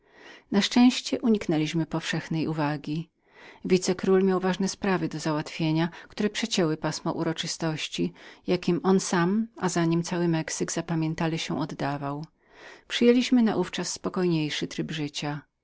na szczęście uniknęliśmy powszechnej uwagi wice król miał ważne sprawy do załatwienia które przecięły pasmo uroczystości jakim on sam i za nim cały mexyk zapamiętale się oddawał każdy naówczas przyjął tryb życia